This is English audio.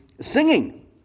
singing